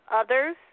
others